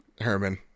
Herman